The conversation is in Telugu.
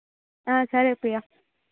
సరే ప్రియ